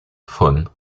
von